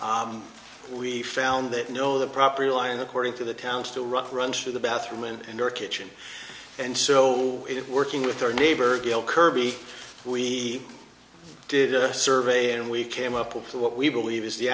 we found that no the property line according to the town still runs to the bathroom and kitchen and so it working with our neighbor gail kirby we did a survey and we came up with what we believe is the